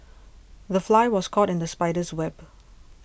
the fly was caught in the spider's web